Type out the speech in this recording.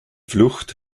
flucht